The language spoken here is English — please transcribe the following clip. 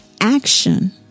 Action